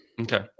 Okay